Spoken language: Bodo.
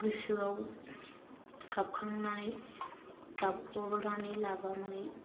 गोसोयाव गाबखांनानै गाबख'नानै लाबा माने